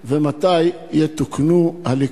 4. מתי יתוקנו כל הליקויים?